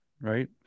right